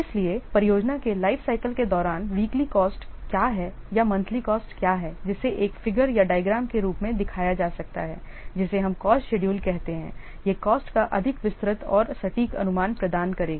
इसलिए परियोजना के लाइफ साइकिल के दौरान वीकली कॉस्ट क्या है या मंथली कॉस्ट क्या है जिसे एक फिगर या डायग्राम के रूप में दिखाया जा सकता है जिसे हम कॉस्ट शेडूल कहते हैं यह कॉस्ट का अधिक विस्तृत और सटीक अनुमान प्रदान करेगा